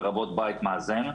לרבות בית מאזן.